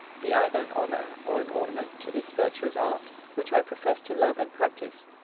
be either an honour, or an ornament to this virtuous art which i profess to love and practice,